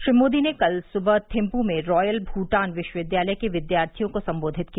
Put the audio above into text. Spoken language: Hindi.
श्री मोदी ने कल सुबह थिम्पू में रॉयल भूटान विश्वविद्यालय के विद्यार्थियों को संबोधित किया